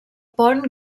pont